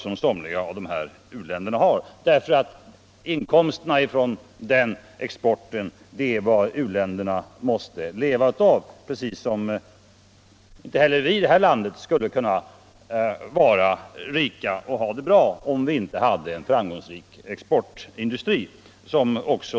Inkomsterna från den exporten är vad u-länderna måste leva av, precis som vi i detta land inte skulle kunna vara rika och ha det bra, om vi inte hade en framgångsrik exportindustri.